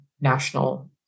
national